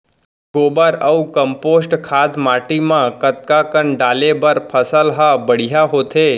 गोबर अऊ कम्पोस्ट खाद माटी म कतका कन डाले बर फसल ह बढ़िया होथे?